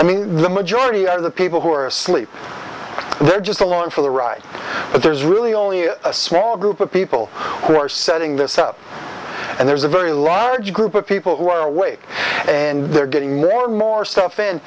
i mean the majority are the people who are asleep they're just along for the ride but there's really only a small group of people who are setting this up and there's a very large group of people who are awake and they're getting more and more stuff in